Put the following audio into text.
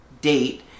date